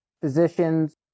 Physicians